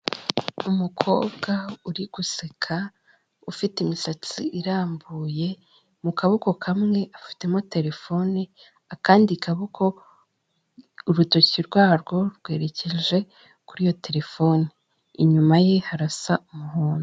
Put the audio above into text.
Umukobwa uri guseka ufite imisatsi irambuye mu kaboko kamwe afitemo telefone, akandi kaboko urutoki rwarwo rwerekeje kuri iyo terefone, inyuma ye harasa umuhondo.